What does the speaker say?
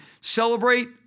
celebrate